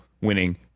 winning